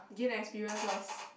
gain experience first